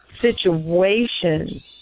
situation